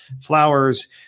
flowers